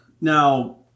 Now